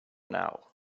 now